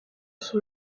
son